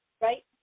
Right